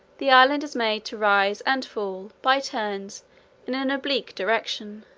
the island is made to rise and fall by turns in an oblique direction,